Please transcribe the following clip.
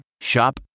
Shop